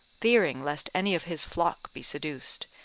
fearing lest any of his flock be seduced,